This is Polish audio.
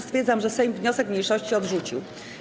Stwierdzam, że Sejm wniosek mniejszości odrzucił.